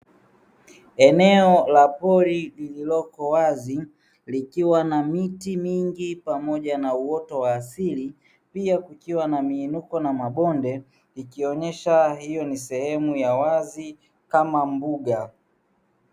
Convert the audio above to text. Eneo la pori lililoko wazi likiwa na miti mingi pamoja na uoto wa asili pia kukiwa na miinuko na mabonde ikionyesha hiyo ni sehemu ya wazi kama mbuga.